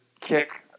kick